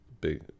big